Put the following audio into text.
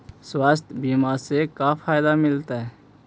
स्वास्थ्य बीमा से का फायदा मिलतै?